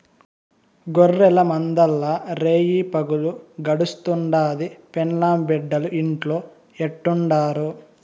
గొర్రెల మందల్ల రేయిపగులు గడుస్తుండాది, పెండ్లాం బిడ్డలు ఇంట్లో ఎట్టుండారో